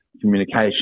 communication